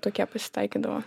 tokie pasitaikydavo